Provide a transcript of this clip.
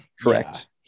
Correct